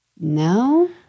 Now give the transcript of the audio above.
no